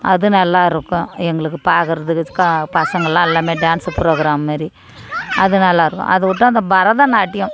அது நல்லா இருக்கும் எங்களுக்கு பார்க்குறதுக்கு க பசங்கெல்லாம் எல்லாமே டேன்ஸு ப்ரோக்ராம் மாதிரி அது நல்லா இருக்கும் அதை விட்டா அந்த பரதநாட்டியம்